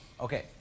Okay